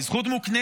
היא זכות מוקנית,